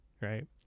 right